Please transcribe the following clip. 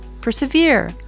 persevere